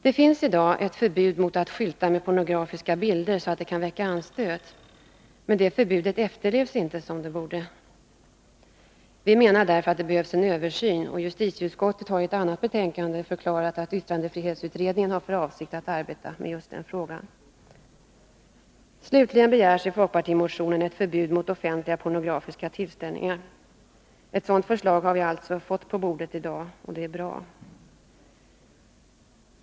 Det finns i dag ett förbud mot att skylta med pornografiska bilder så att det kan väcka anstöt. Men det förbudet efterlevs inte som det borde. Vi menar därför att det behövs en översyn, och justitieutskottet har i ett annat betänkande förklarat att yttrandefrihetsutredningen har för avsikt att arbeta med just den frågan. Slutligen begärs i folkpartimotionen ett förbud mot offentliga pornografiska tillställningar. Ett sådant förslag har vi alltså fått på bordet i dag, och det är bra.